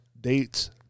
Dates